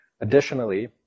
Additionally